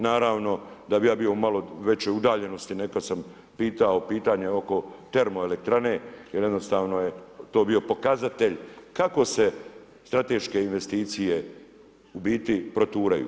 Naravno da bi ja bio u malo većoj udaljenosti, neka sam pitao pitanje oko termoelektrane, jer jednostavno to je bio pokazatelj, kako se strateške investicije u biti proturaju.